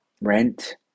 rent